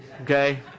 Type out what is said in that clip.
Okay